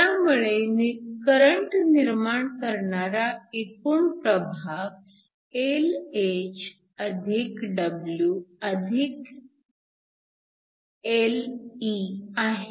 त्यामुळे करंट निर्माण करणारा एकूण प्रभाग Lh W Lh आहे